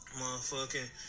motherfucking